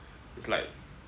it's like